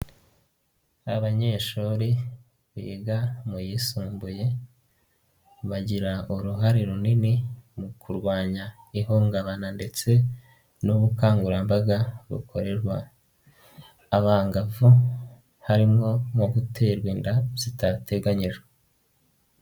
Abanyeshuri biga mu yisumbuye bagira uruhare runini mu kurwanya ihungabana ndetse n'ubukangurambaga bukorerwa abangavu harimo no guterwa inda zidateganyijwe.